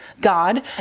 God